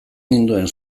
ninduen